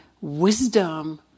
wisdom